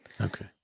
Okay